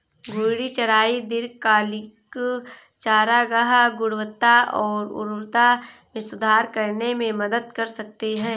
घूर्णी चराई दीर्घकालिक चारागाह गुणवत्ता और उर्वरता में सुधार करने में मदद कर सकती है